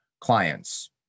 clients